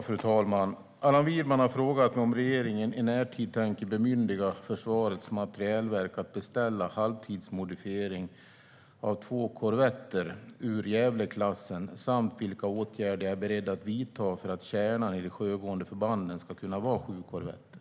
Fru talman! Allan Widman har frågat mig om regeringen i närtid tänker bemyndiga Försvarets materielverk att beställa halvtidsmodifiering av två korvetter ur Gävleklassen och vilka åtgärder jag är beredd att vidta för att "kärnan i de sjögående förbanden" ska kunna vara sju korvetter.